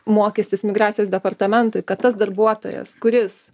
mokestis migracijos departamentui kad tas darbuotojas kuris